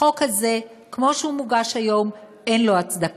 החוק הזה, כמו שהוא מוגש היום, אין לו הצדקה.